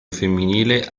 femminile